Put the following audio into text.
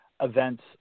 events